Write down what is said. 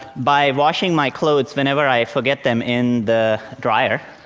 by washing my clothes whenever i forget them in the dryer.